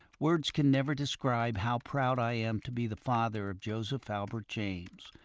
words can never describe how proud i am to be the father of joseph albert james.